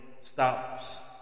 stops